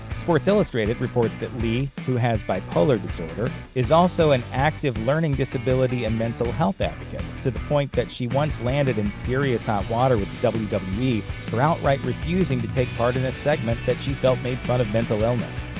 sports illustrated reports that lee, who has bipolar disorder, is also an active learning disability and mental health advocate, to the point that she once landed in serious hot water with the wwe for outright refusing to take part in a segment that she felt made fun of mental illness.